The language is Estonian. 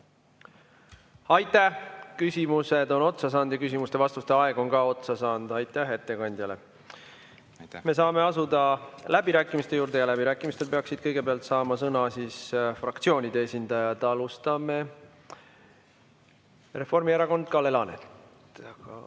Aitäh! Küsimused on otsa saanud ja küsimuste-vastuste aeg on ka otsa saanud. Aitäh ettekandjale! Me saame asuda läbirääkimiste juurde. Ja läbirääkimistel peaksid kõigepealt saama sõna fraktsioonide esindajad. Alustame. Reformierakond, Kalle Laanet.